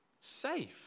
Safe